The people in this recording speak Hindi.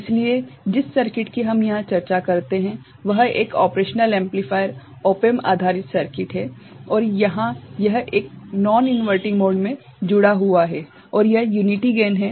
इसलिए जिस सर्किट की हम यहां चर्चा करते हैं वह एक ऑपरेशनल एम्पलीफायर ऑप एम्प आधारित सर्किट है और यहां यह एक नॉन इनवर्टिंग मोड में जुड़ा हुआ है और यह यूनिटी गेन है